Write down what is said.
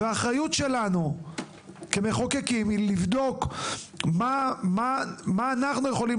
והאחריות שלנו כמחוקקים היא לבדוק מה אנחנו יכולים